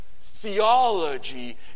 Theology